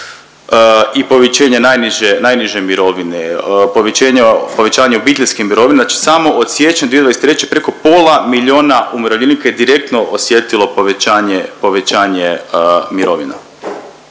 i povećanje najniže mirovine, povećanje obiteljske mirovine, znači samo od siječnja 2023. preko pola milijuna umirovljenika je direktno osjetilo povećanje mirovina.